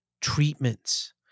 treatments